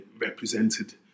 represented